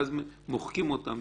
ואז מוחקים אותם,